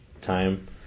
time